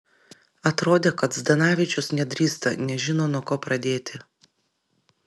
atrodė kad zdanavičius nedrįsta nežino nuo ko pradėti